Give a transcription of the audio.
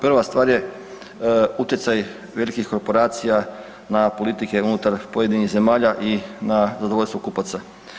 Prva stvar je utjecaj velikih korporacija na politike unutar pojedinih zemalja i na zadovoljstvo kupaca.